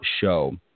show